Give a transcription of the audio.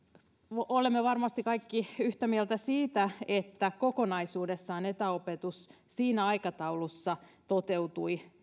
olemme varmasti kaikki yhtä mieltä siitä että kokonaisuudessaan etäopetus siinä aikataulussa toteutui